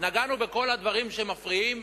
נגענו בכל הדברים שמפריעים